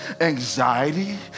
anxiety